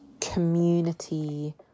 community